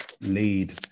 lead